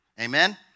Amen